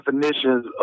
definitions